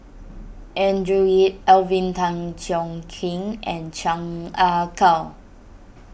Andrew Yip Alvin Tan Cheong Kheng and Chan Ah Kow